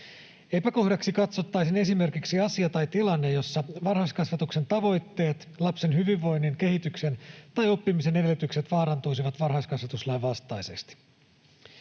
Epäkohdaksi katsottaisiin esimerkiksi asia tai tilanne, jossa varhaiskasvatuksen tavoitteet tai lapsen hyvinvoinnin, kehityksen tai oppimisen edellytykset vaarantuisivat varhaiskasvatuslain vastaisesti.